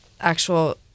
actual